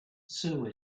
sue